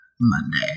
Monday